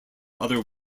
other